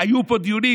היו פה דיונים,